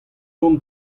dont